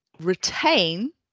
retain